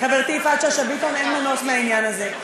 חברתי יפעת שאשא ביטון, אין מנוס מהעניין הזה.